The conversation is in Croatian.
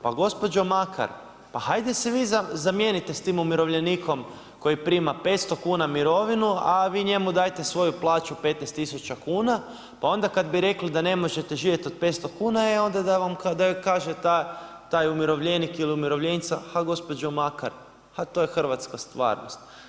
Pa gospođo Makar, pa hajde se vi zamijenite s tim umirovljenikom koji prima 500 kn mirovinu, a vi njemu dajte plaću 15000 kn, pa onda kad bi rekli da ne možete živjeti od 500 kn, pa onda da vam kaže ta umirovljenik ili umirovljenica, a gospođo Makar, to je Hrvatska stvarnost.